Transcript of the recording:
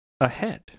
ahead